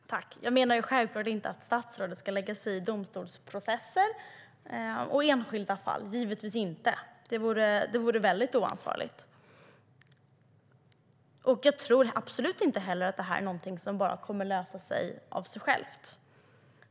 Herr talman! Jag menade självklart inte att statsrådet ska lägga sig i domstolsprocesser eller enskilda fall - givetvis inte. Det vore väldigt oansvarigt. Jag tror absolut inte att detta kommer att lösa sig av sig självt.